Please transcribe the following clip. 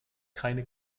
keine